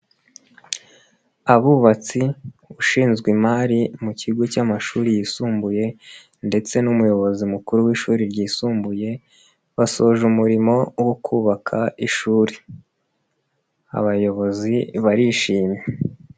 Abubatsi ushinzwe imari mu kigo cy'amashuri yisumbuye ndetse n'umuyobozi mukuru w'ishuri ryisumbuye basoje umurimo wo kubaka ishuri, abayobozi barishimye.